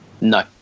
No